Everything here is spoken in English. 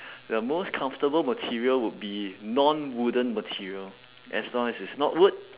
the most comfortable material would be non wooden material as long as it's not wood